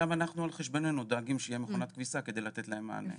שם אנחנו על חשבוננו דואגים שתהיה מכונת כביסה כדי לתת להם מענה.